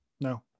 no